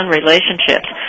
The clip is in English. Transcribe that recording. relationships